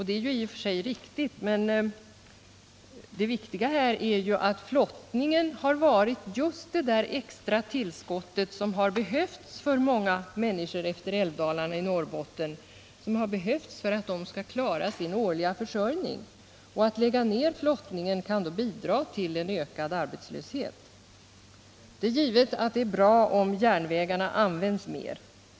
Det är i och för sig riktigt, men det viktiga är att flottningen har varit just det där extra tillskott som behövts för många människor efter älvdalarna i Norrbotten för att de skall klara sin årliga försörjning. Att lägga ned flottningen kan då bidra till en ökad arbetslöshet. Det är givet att det är bra om järnvägarna används mer.